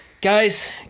guys